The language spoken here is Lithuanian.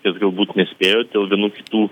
kas galbūt nespėjo dėl vienų kitų